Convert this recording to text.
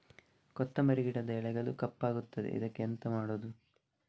ಕೊತ್ತಂಬರಿ ಗಿಡದ ಎಲೆಗಳು ಕಪ್ಪಗುತ್ತದೆ, ಇದಕ್ಕೆ ಎಂತ ಮಾಡೋದು?